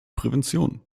prävention